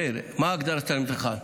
מאיר, מה ההגדרה של תלמיד חכם?